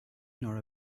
nor